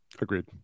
Agreed